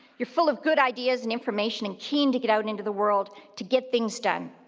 you're full of good ideas and information and keen to get out into the world to get things done.